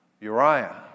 Uriah